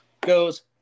goes